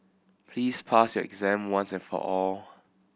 please pass your exam once and for all